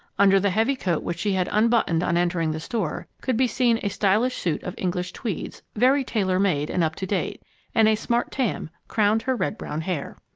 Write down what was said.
under the heavy coat which she had unbuttoned on entering the store could be seen a stylish suit of english tweeds, very tailor-made and up-to-date, and a smart tam crowned her red-brown hair.